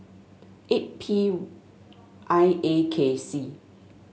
eight P I A K C